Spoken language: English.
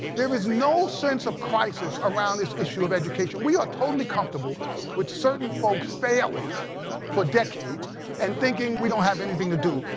there is no sense of crisis around this issue of education. we are totally comfortable with certain folks failing for decades and thinking we don't have anything to do.